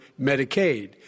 Medicaid